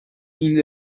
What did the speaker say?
این